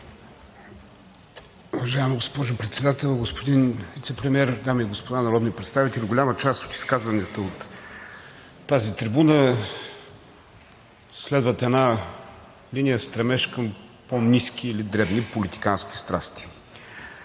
Уважаема госпожо Председател, господин Вицепремиер, дами и господа народни представители! Голяма част от изказванията от тази трибуна следват един стремеж към по-ниски и дребни политикански страсти.